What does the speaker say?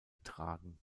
tragen